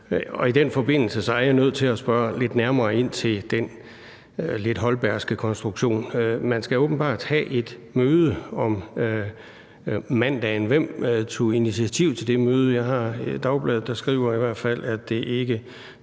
og i den forbindelse er jeg nødt til at spørge lidt nærmere ind til den lidt holbergske konstruktion. Man skal åbenbart have et møde om mandagen. Hvem tog initiativ til det møde? Jeg har i hvert fald set et dagblad, der skriver, at det ikke